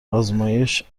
آزمایش